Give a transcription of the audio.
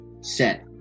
set